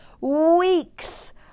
weeks